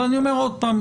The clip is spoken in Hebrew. אבל אני אומר עוד פעם,